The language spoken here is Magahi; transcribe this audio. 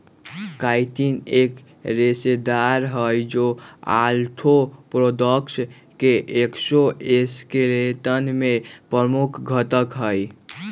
काइटिन एक रेशेदार हई, जो आर्थ्रोपोड्स के एक्सोस्केलेटन में प्रमुख घटक हई